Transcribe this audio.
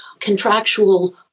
contractual